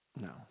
No